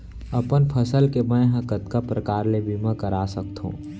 अपन फसल के मै ह कतका प्रकार ले बीमा करा सकथो?